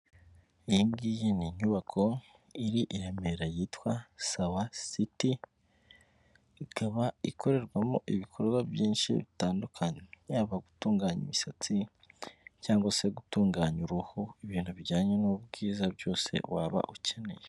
Iyingiyi ni inyubako iri i Remera yitwa Sawa siti ikaba ikorerwamo ibikorwa byinshi bitandukanye yaba gutunganya imisatsi cyangwa se gutunganya uruhu, ibintu bijyanye n'ubwiza byose waba ukeneye.